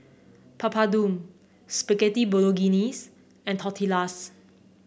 Papadum Spaghetti Bolognese and Tortillas